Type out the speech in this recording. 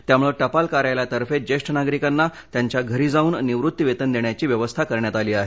त्यामुळे टपाल कार्यालयातर्फे ज्येष्ठ नागरिकांना त्यांच्या घरी जाऊन निवृत्तीवेतन देण्याची व्यवस्था कऱण्यात आली आहे